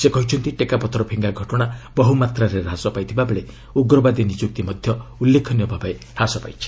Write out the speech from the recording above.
ସେ କହିଛନ୍ତି ଟେକାପଥର ଫିଙ୍ଗା ଘଟଣା ବହୁମାତ୍ରାରେ ହ୍ରାସ ପାଇଥିବା ବେଳେ ଉଗ୍ରବାଦୀ ନିଯୁକ୍ତି ମଧ୍ୟ ଉଲ୍ଲେଖନୀୟ ଭାବେ ହ୍ରାସ ପାଇଛି